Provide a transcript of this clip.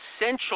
essential